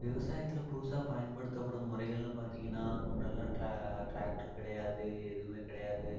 விவசாயத்தில் புதுசாக பயன்படுத்தப்படும் முறைகள்னு பார்த்திங்கன்னா முன்னாடிலாம் ட்ரா ட்ராக்ட்டர் கிடையாது எதுவுமே கிடையாது